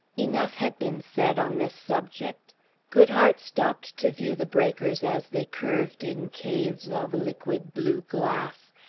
enough had been said on this subject goodhart stopped to view the breakers as they curved in caves of liquid blue glass,